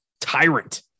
tyrant